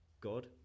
God